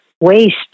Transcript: waste